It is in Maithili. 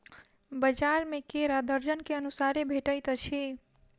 बजार में केरा दर्जन के अनुसारे भेटइत अछि